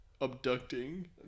abducting